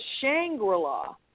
Shangri-La